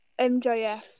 MJF